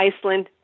Iceland